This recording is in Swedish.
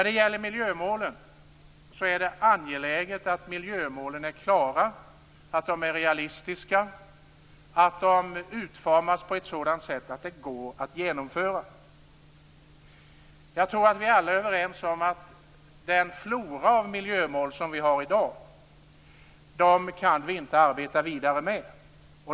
Det är angeläget att miljömålen är klara och realistiska och att de utformas på ett sådant sätt att de går att genomföra. Jag tror att vi alla är överens om att vi inte kan arbeta vidare med den flora av miljömål som vi har i dag.